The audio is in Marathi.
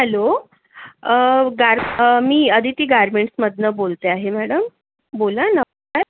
हॅलो गार मी अदिती गारमेंट्समधून बोलते आहे मॅडम बोला नमस्कार